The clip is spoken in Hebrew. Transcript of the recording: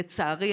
לצערי,